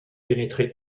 pénétré